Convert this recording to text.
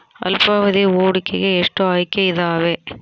ಅಲ್ಪಾವಧಿ ಹೂಡಿಕೆಗೆ ಎಷ್ಟು ಆಯ್ಕೆ ಇದಾವೇ?